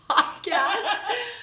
Podcast